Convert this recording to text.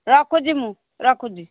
ରଖୁଛି ମୁଁ ରଖୁଛି